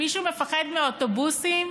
מישהו מפחד מאוטובוסים